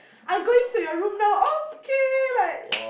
I going to your room now okay like